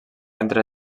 entre